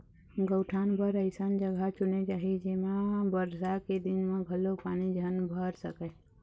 गउठान बर अइसन जघा चुने जाही जेमा बरसा के दिन म घलोक पानी झन भर सकय